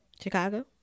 Chicago